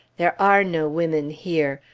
there are no women here!